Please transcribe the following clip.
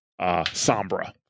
Sombra